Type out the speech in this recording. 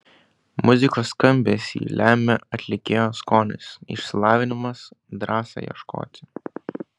muzikos skambesį lemia atlikėjo skonis išsilavinimas drąsa ieškoti